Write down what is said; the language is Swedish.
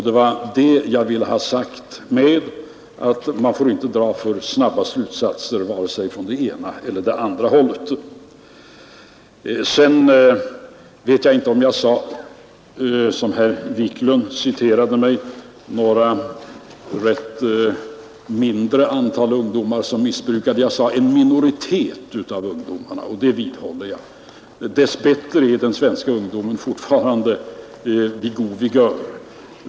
Det var detta jag avsåg när jag sade att man inte får dra sina slutsatser för snabbt åt vare sig det ena eller det andra hållet. Jag vet inte om herr Wiklund i Stockholm citerade mig rätt. Jag sade nog inte att det var ett mindre antal ungdomar som missbrukade mellanölet. Jag sade att det var en minoritet av ungdomarna, och det vidhåller jag. Dess bättre är den svenska ungdomen i allmänhet fortfarande vid god vigör.